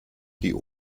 die